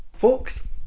Folks